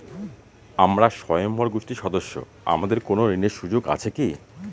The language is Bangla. আমরা স্বয়ম্ভর গোষ্ঠীর সদস্য আমাদের কোন ঋণের সুযোগ আছে কি?